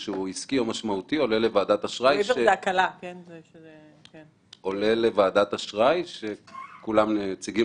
עולה לוועדת אשראי שמורכבת כולה מנציגים